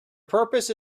purpose